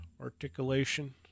Articulation